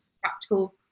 practical